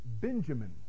benjamin